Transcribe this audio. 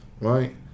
right